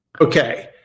Okay